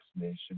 nation